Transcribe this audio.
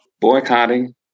boycotting